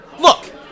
look